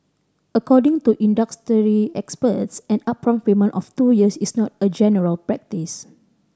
according to industry experts an upfront payment of two years is not a general practice